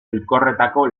elkorretako